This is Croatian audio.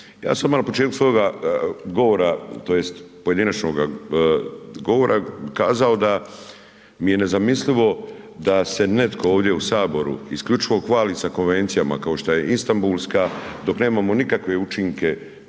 Ja sam malo u početku svoga govora tj. pojedinačnoga govora kazao da mi je nezamislivo da se netko ovdje u HS isključivo hvali sa konvencijama kao što je Istambulska dok nemamo nikakve učinke